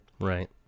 Right